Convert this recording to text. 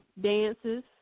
dances